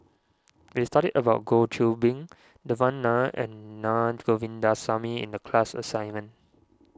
we studied about Goh Qiu Bin Devan Nair and Naa Govindasamy in the class assignment